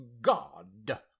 god